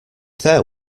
there